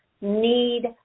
need